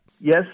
Yes